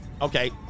okay